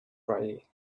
brightly